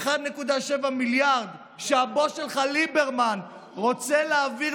1.7 מיליארד שהבוס שלך ליברמן רוצה להעביר